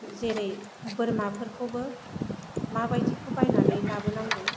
जेरै बोरमाफोरखौबो माबायदिखौ बायनानै लाबोनांगौ